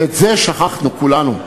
ואת זה שכחנו כולנו,